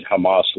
Hamas